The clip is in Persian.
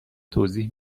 توضیح